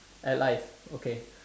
at life okay